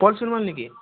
উৎপল সোণোৱাল নেকি